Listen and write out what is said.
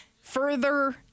further